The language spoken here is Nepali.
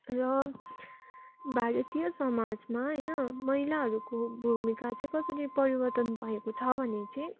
र भारतीय समाजमा होइन महिलाहरूको भूमिका चाहिँ कसरी परिवर्तन भएको छ भने चाहिँ